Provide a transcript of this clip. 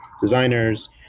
designers